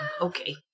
Okay